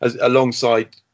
alongside